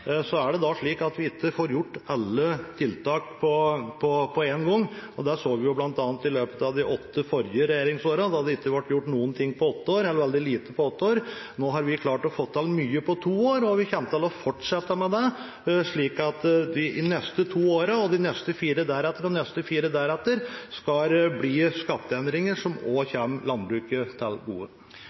Så er det slik at vi ikke får gjort alle tiltak på en gang, og det så vi bl.a. i løpet av de åtte forrige regjeringsårene, da det ikke ble gjort noen ting på åtte år eller veldig lite på åtte år. Nå har vi klart å få til mye på to år, og vi kommer til å fortsette med det, slik at de neste to årene og de neste fire deretter skal det bli skatteendringer som også kommer landbruket til gode.